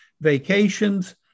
vacations